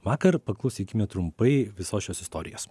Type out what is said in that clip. vakar paklausykime trumpai visos šios istorijos